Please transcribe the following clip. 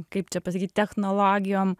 kaip čia pasakyt technologijom